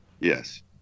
Yes